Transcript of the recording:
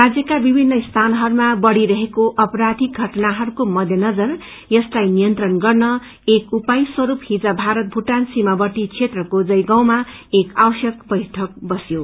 राज्यका विभिन्न स्थानहरूमा बढ़िरहेको आपराषिक षटनाहरूको मध्यनजर यसलाई नियन्त्रण गर्न एक उपाय स्वरूप रं हिज भारत भुटान सीमावर्ती क्षेत्रको जयगावमा एक आवश्यक बैइक बस्यो